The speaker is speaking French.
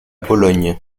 bologne